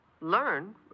Learn